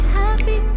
happy